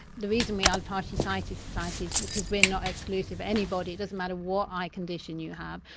the reason we are the partially sighted society is because we're not exclusive anybody, doesn't matter what eye condition you have,